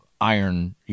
iron